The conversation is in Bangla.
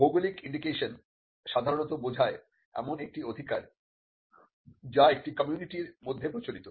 জিওগ্রাফিক্যাল ইন্ডিকেশনগুলি সাধারণত বোঝায় এমন একটা অধিকার যা একটি কমিউনিটির মধ্যে প্রচলিত